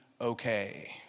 okay